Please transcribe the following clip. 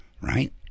Right